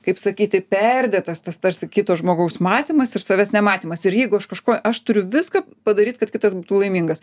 kaip sakyti perdėtas tas tarsi kito žmogaus matymas ir savęs nematymas ir jeigu aš kažkuo aš turiu viską padaryt kad kitas būtų laimingas